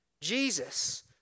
Jesus